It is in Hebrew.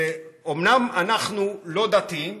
אומנם אנחנו לא דתיים,